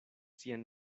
sian